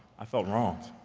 i felt wronged.